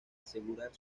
asegurar